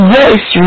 voice